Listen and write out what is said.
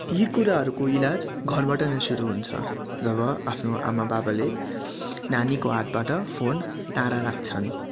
यी कुराहरूको इलाज घरबाट नै सुरु हुन्छ जब आफ्नो आमा बाबाले नानीको हातबाट फोन टाडा राख्छन्